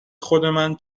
خودمن